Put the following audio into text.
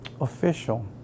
official